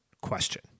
question